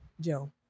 Joe